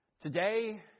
Today